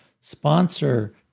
sponsor